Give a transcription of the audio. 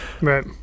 Right